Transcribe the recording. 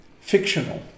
fictional